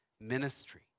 ministry